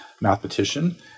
mathematician